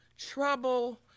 trouble